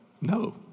no